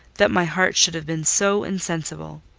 that my heart should have been so insensible!